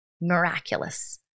miraculous